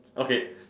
okay